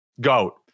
Goat